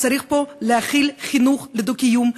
צריך להחיל פה חינוך לדו-קיום,